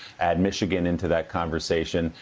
add michigan into that conversation,